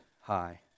high